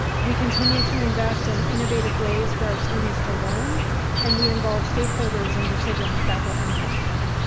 we continue to invest in innovative ways for our students to learn and we involve stakeholders in decisions that will impact them.